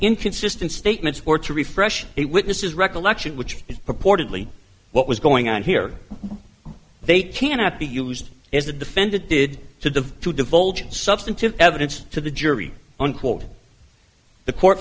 inconsistent statements or to refresh a witness is recollection which is purportedly what was going on here they cannot be used as the defendant did to them to divulge substantive evidence to the jury unquote the court